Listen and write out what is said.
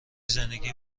زندگی